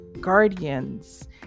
guardians